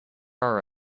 are